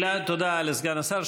תודה לסגן השר.